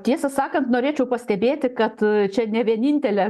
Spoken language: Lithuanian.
tiesą sakant norėčiau pastebėti kad čia ne vienintelė